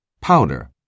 powder